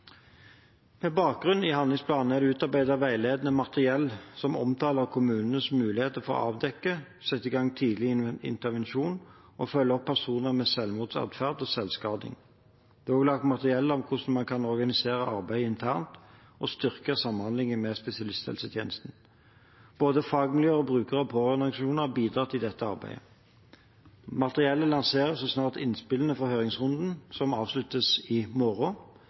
Med bakgrunn i handlingsplanen er det utarbeidet veiledende materiell som omtaler kommunenes mulighet for å avdekke, sette i gang tidlig intervensjon og følge opp personer med selvmordsatferd og selvskading. Det er også laget materiell om hvordan man kan organisere arbeidet internt og styrke samhandlingen med spesialisthelsetjenesten. Både fagmiljøer og bruker- og pårørendeorganisasjoner har bidratt i dette arbeidet. Materiellet lanseres så snart innspillene fra høringsrunden – som avsluttes i morgen